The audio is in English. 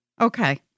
Okay